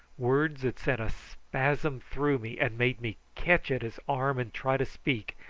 words that sent a spasm through me and made me catch at his arm and try to speak,